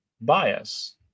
bias